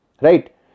Right